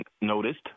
noticed